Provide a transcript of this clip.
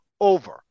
over